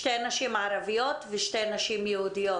שתי נשים ערביות ושתי נשים יהודיות.